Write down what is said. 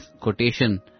quotation